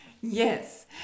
Yes